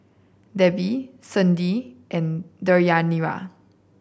Debbi Sydnee and Deyanira